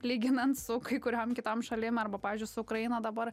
lyginant su kai kuriom kitom šalim arba pavyzdžiui su ukraina dabar